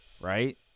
right